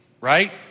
right